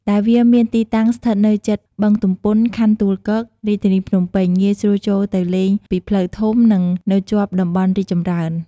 ដែលវាមានទីតាំងស្ថិតនៅជិតបឹងទំពុន ខណ្ឌទួលគោក រាជធានីភ្នំពេញ ងាយស្រួលចូលទៅលេងពីផ្លូវធំ និង នៅជាប់តំបន់រីកចម្រើន។